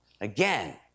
Again